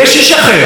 והוא ראש הממשלה.